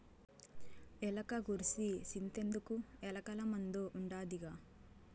ఎలక గూర్సి సింతెందుకు, ఎలకల మందు ఉండాదిగా